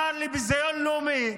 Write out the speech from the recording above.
השר לביזיון לאומי,